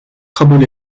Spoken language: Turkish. kabul